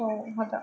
so அதான்